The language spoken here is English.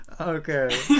Okay